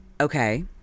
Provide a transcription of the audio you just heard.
Okay